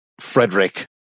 Frederick